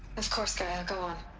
of course, gaia, go on.